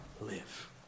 live